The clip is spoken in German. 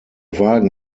wagen